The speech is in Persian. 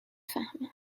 فهمم